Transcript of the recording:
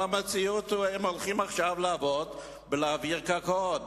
המציאות היא שהם הולכים עכשיו לעבוד בהעברת קרקעות.